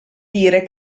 dire